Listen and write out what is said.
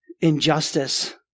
injustice